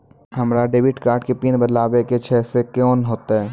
हमरा debit card के PIN बदलबावै के छैं से कौन होतै?